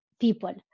people